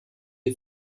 est